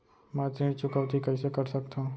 मैं ऋण चुकौती कइसे कर सकथव?